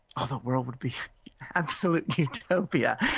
ah the world would be absolute utopia.